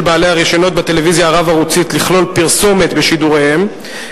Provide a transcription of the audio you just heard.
בעלי הרשיונות בטלוויזיה הרב-ערוצית לכלול פרסומת בשידוריהם,